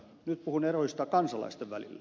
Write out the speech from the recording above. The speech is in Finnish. nyt puhun eroista kansalaisten välillä